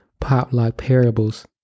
PopLockParables